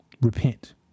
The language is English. repent